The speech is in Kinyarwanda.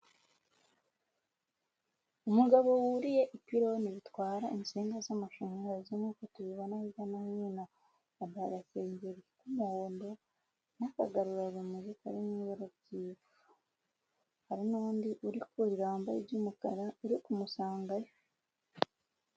Umugabo wuriye ipironi ritwara insinga z'amashanyarazi nk'uko tubibona hirya no hino, yambaye agasengeri k'umuhondo n'akagarurarumuri kari mu ibara ry'ivu. Hari n'undi uri kurira wambaye iby'umukara, uri kumusangayo.